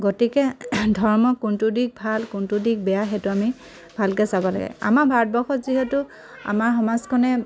গতিকে ধৰ্মৰ কোনটো দিশ ভাল কোনটো দিশ বেয়া সেইটো আমি ভালকৈ চাব লাগে আমাৰ ভাৰতবৰ্ষত যিহেতু আমাৰ সমাজখনে